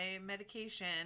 medication